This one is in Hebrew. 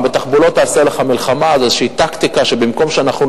בתחבולות תעשה לך מלחמה באיזו טקטיקה שבמקום שאנחנו